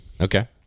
okay